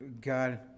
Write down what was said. God